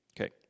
Okay